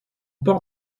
port